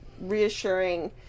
reassuring